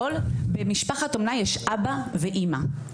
במשפחת אומנה יש אבא ואימא.